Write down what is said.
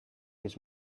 his